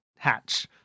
Hatch